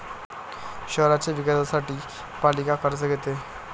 शहराच्या विकासासाठी पालिका कर्ज घेते